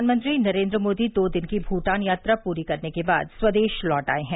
प्रधानमंत्री नरेंद्र मोदी दो दिन की भूटान यात्रा पूरी करने के बाद स्वदेश लौट आए हैं